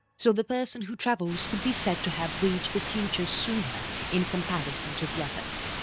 so the person who travels could be said to have reached the future sooner in comparison to the others,